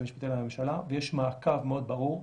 המשפטי לממשלה ויש מעקב מאוד ברור.